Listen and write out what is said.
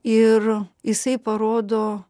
ir jisai parodo